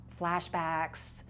Flashbacks